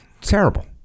Terrible